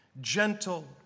gentle